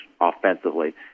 offensively